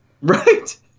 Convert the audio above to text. Right